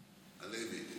הלוי.